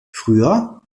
früher